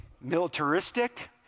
Militaristic